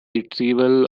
retrieval